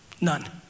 none